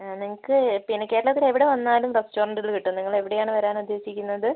നിങ്ങൾക്ക് പിന്നെ കേരളത്തിൽ എവിടെ വന്നാലും റെസ്റ്റോറൻറ്റുകൾ കിട്ടും നിങ്ങൾ എവിടെയാണ് വരാൻ ഉദ്ദേശിക്കുന്നത്